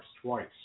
twice